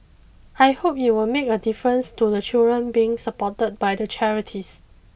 I hope it will make a difference to the children being supported by the charities